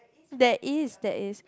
that is that is